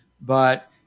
but-